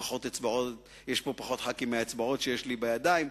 פחות חברי כנסת מהאצבעות שיש לי בידיים,